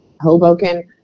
Hoboken